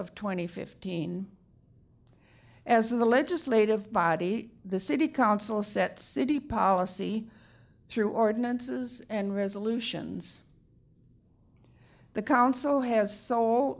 and fifteen as in the legislative body the city council set city policy through ordinances and resolutions the council has so